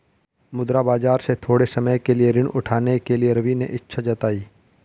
मुद्रा बाजार से थोड़े समय के लिए ऋण उठाने के लिए रवि ने इच्छा जताई